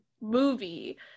movie